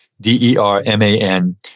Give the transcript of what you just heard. D-E-R-M-A-N